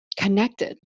connected